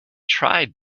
tried